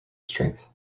strength